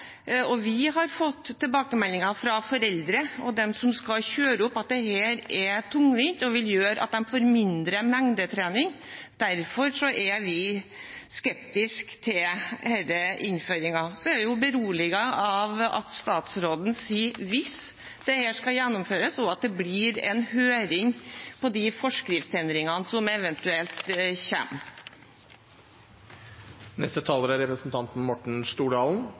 og vi har fått tilbakemeldinger fra foreldre og de som skal kjøre opp, om at dette er tungvint og vil gjøre at de får mindre mengdetrening. Derfor er vi skeptiske til denne innføringen. Så er vi beroliget av at statsråden sier «viss det skal innførast eit slikt krav», og av at det blir en høring på de forskriftsendringene som eventuelt kommer. Representanten Morten Stordalen